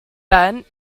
bent